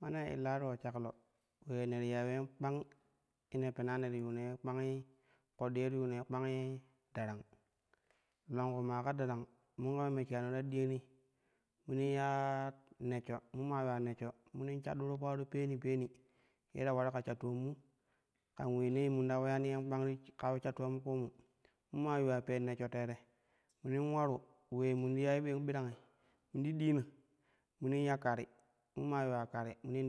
Ma ne illa ti po shaklo ule ne ti ya uleen kpang, ye ne pena ne ti yuu yen kpangi ƙoɗɗi ye ti yuno kpangi darangi longku maa ka darang mun kama me shanu ta diyani munin ya neshsho mun maa yuwa neshsho, miynin shadduru paro peni peni ye ta ularu ka sha toommu kan uleenee mun ta uleyani yen kpang ti, ka ule sha toom kuumu mun maa yuuwa pen neshsho teere munin ularu ulee num ti yai ulen birangi mun ti ɗiina mumin ya kari mun maa yuwa kari munin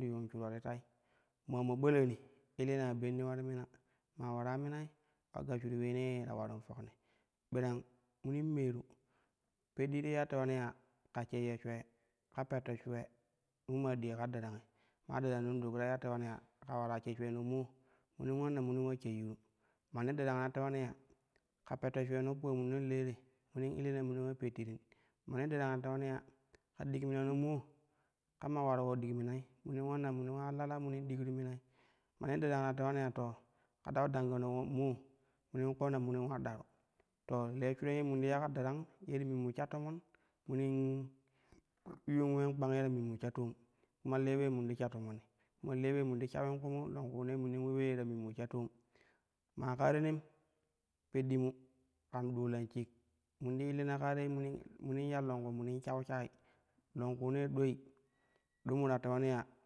ya bari ni ular mina. Maa ulara minai ta gashshuru uleenee ta ularim fokni birang munin meenu peddi ti iya tewani ya ka sheyyo shukee ka petto shuwe nlum maa dii ka darangi maa daran ham dok ta iya tewani ya ka ulara she shwe no moo munin ulanna munin ula sheyyuru, manni ulanna munin ula sheyyuru, manni derangi ta tewani ya ka petto shuwe no paa mun no le te munin illina munin ula pattirim manni darangi ta tewani ya ka dik minano moo kama ular po dik minai munin ulanna munin oya ya lala munin dikru minai, manni darangi ta tewani ya to ka ɗau dangano mo, munin koona munin ula daru to le shuran ye mun ti ya ka darang ye ti min ru sha toman munim yuun uleen kpang ye ta min mu sha toom, kuma le ule mun ti sha tomoni kuma le ulee mun ti shawin kuumu longkune munin ule ulee ta min mu sha toom, maa kaa te nem peɗɗimu kan ɗuulau shik mun ti illimi kaa tei munin munin ya longku munin shau shayi longkuunee dilei ɗo mo ta tewnai ya.